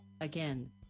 Again